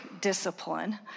discipline